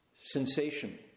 Sensation